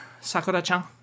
Sakura-chan